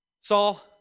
Saul